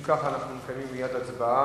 אם כך, אנחנו מקיימים מייד הצבעה.